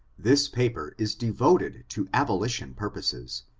this paper is devoted to abolition purposes,